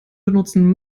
benutzen